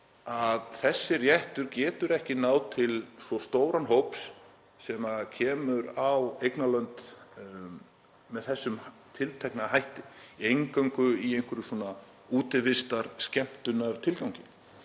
að þessi réttur getur ekki náð til svo stórs hóp sem kemur á eignarlönd með þessum tiltekna hætti, eingöngu í einhverjum útivistar- og skemmtunartilgangi.